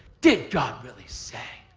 did god really say?